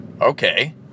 okay